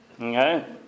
Okay